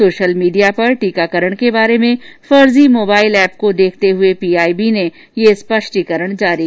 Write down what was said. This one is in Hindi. सोशल मीडिया पर टीकाकरण के बारे में फर्जी मोबाइल एप को देखते हुए पीआईबी ने यह स्पष्टीकरण जारी किया है